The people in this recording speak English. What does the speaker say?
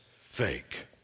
fake